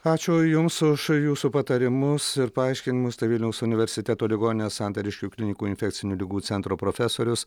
ačiū jums už jūsų patarimus ir paaiškinimus tai vilniaus universiteto ligoninės santariškių klinikų infekcinių ligų centro profesorius